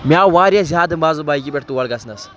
مےٚ آو واریاہ زیادٕ مَزٕ بایکہِ پٮ۪ٹھ تور گژھنَس